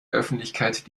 öffentlichkeit